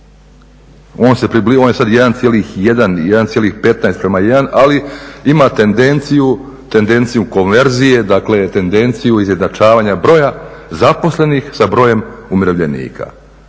On je sad 1,1, 1,15 prema 1 ali ima tendenciju konverziju. Dakle, tendenciju izjednačavanja broja zaposlenih sa brojem umirovljenika.